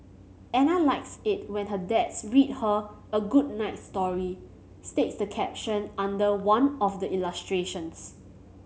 Ana likes it when her dads read her a good night story states the caption under one of the illustrations